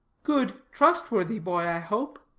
good, trustworthy boy, i hope?